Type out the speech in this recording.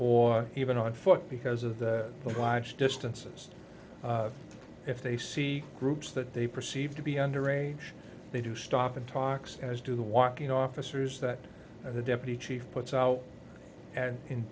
even on foot because of the large distances if they see groups that they perceive to be under age they do stop and talks as do the walking officers that a deputy chief puts out